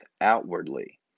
outwardly